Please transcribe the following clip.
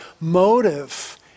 motive